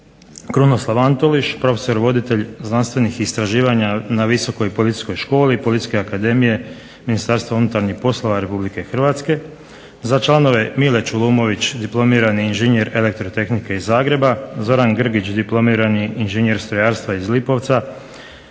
Krunoslav Antoliš profesor voditelj znanstvenih istraživanja na Visokoj policijskoj školi, Policijske akademije, Ministarstva unutarnjih poslova Republike Hrvatske. Za članove Mile Čulumović, diplomirani inženjer elektrotehnike iz Zagreba, Zoran Grgić diplomirani inženjer strojarstva iz Lipovca,